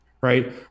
right